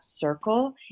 circle